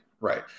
Right